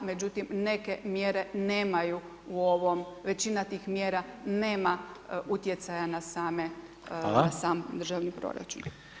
Međutim, neke mjere nemaju u ovoj, većina tih mjera nema utjecaja na sam državni proračun.